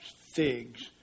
figs